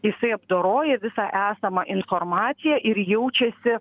jisai apdoroja visą esamą informaciją ir jaučiasi